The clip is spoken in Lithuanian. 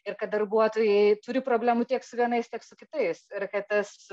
ir kad darbuotojai turi problemų tiek su vienais tiek su kitais ir kad tas